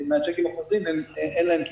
החוזרים אין להם כיסוי.